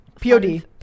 pod